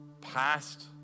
past